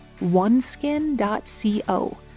oneskin.co